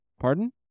Pardon